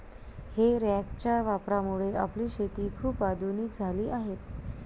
हे रॅकच्या वापरामुळे आपली शेती खूप आधुनिक झाली आहे